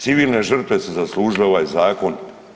Civilne žrtve su zaslužile ovaj zakon.